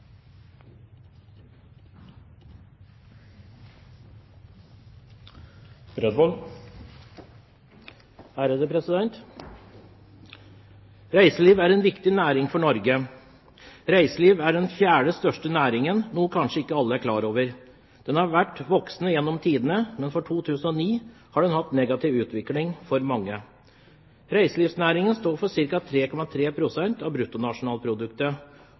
1 ferdig. Reiseliv er en viktig næring for Norge. Reiseliv er den fjerde største næringen, noe kanskje ikke alle er klar over. Den har vært voksende gjennom tidene, men for 2009 har den hatt en negativ utvikling for mange. Reiselivsnæringen står for ca. 3,3 pst. av bruttonasjonalproduktet